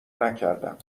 نکردم